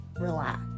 relax